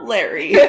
Larry